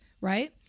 right